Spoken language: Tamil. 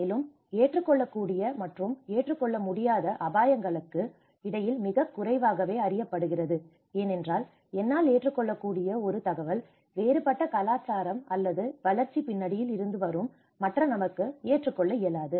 மேலும் ஏற்றுக்கொள்ளக்கூடிய மற்றும் ஏற்றுக்கொள்ள முடியாத அபாயங்களுக்கு இடையில் மிகக் குறைவாகவே அறியப்படுகிறது ஏனென்றால் என்னால் ஏற்றுக்கொள்ளக்கூடியது ஒரு தகவல் வேறுபட்ட கலாச்சார அல்லது வளர்ச்சி பின்னணியில் இருந்து வரும் மற்ற நபருக்கு ஏற்றுக்கொள்ள இயலாது